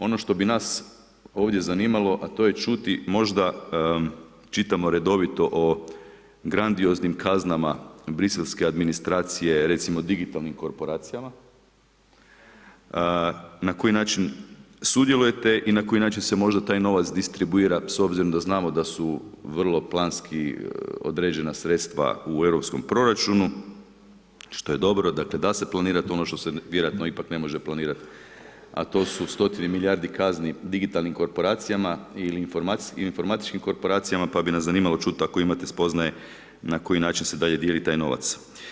Ono što bi nas ovdje zanimalo, a to je čuti možda, čitamo redovito o grandioznim kaznama briselske administracije, recimo digitalnim korporacijama, na koji način sudjelujete i na koji način se možda taj novac distribuira s obzirom da znamo da su vrlo planski određena sredstva u europskom proračunu što je dobro, dakle da se planirat ono što se vjerojatno ipak ne može planirat a to su stotine milijardi kazni digitalnim korporacijama ili informatičkim korporacijama pa bi nas zanimalo čuti ako imate spoznaje na koji način se dalje dijeli taj novac.